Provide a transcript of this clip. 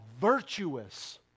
virtuous